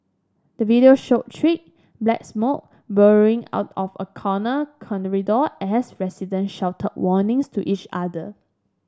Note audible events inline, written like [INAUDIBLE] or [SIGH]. the video showed thick black smoke [UNINTELLIGIBLE] out of a corner [UNINTELLIGIBLE] as resident shouted warnings to each other